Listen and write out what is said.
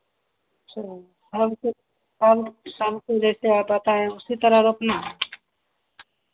अच्छा शाम को और शाम को जैसे आ पाता है उसी तरह रोपना